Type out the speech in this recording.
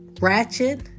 ratchet